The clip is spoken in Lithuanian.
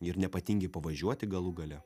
ir nepatingi pavažiuoti galų gale